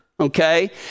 okay